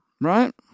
right